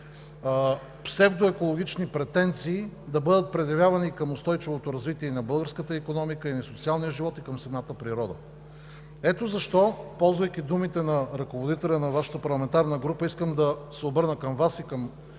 псевдоекологични претенции да бъдат предявявани към устойчивото развитие на българската икономика, на социалния живот и към самата природа. Ето защо, ползвайки думите на ръководителя на Вашата парламентарна група, искам да се обърна към Вас и към